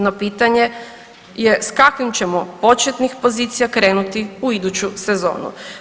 No, pitanje je s kakvih ćemo početnih pozicija krenuti u iduću sezonu.